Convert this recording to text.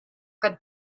kan